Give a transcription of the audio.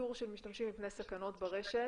של משתמשים מפני סכנות ברשת,